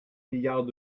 milliards